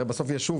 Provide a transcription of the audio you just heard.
הרי בסוף ישוב,